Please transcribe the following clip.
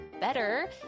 better